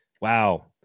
Wow